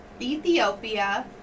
Ethiopia